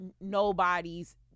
nobody's